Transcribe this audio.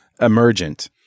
emergent